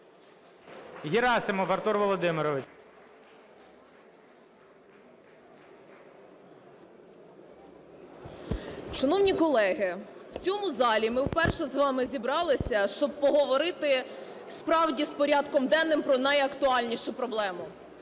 Герасимов Артур Володимирович. 14:40:41 СЮМАР В.П. Шановні колеги, в цьому залі ми вперше з вами зібралися, щоб поговорити, справді, з порядком денним про найактуальнішу проблему